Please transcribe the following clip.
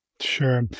Sure